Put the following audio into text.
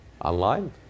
Online